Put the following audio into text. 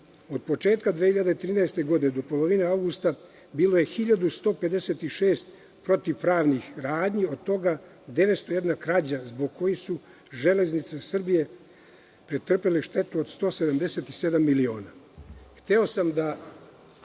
Od početka 2013. godine do polovine avgusta bilo je 1.156 protivpravnih radnji, od toga 901 krađa, zbog kojih su „Železnice Srbije“ pretrpele štetu od 177 miliona. Hteo